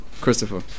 Christopher